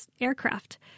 aircraft